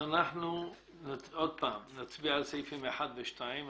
אנחנו נצביע שוב על סעיפים 1 ו-2.